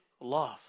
love